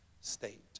state